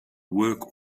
work